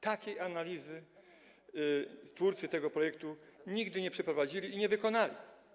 Takiej analizy twórcy tego projektu nigdy nie przeprowadzili, nie wykonali.